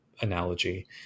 analogy